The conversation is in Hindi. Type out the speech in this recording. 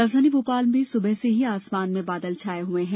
राजधानी भोपाल में सुबह से ही आसमान में बादल छाए हुए हैं